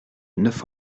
neuf